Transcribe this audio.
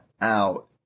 out